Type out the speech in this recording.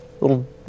Little